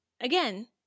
again